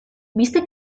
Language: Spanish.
viste